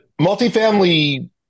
multifamily